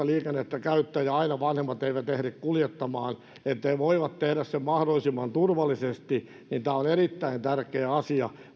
liikennettä käyttää ja joita eivät aina vanhemmat ehdi kuljettamaan niin että he voivat tehdä sen mahdollisimman turvallisesti joten tämä on erittäin tärkeä asia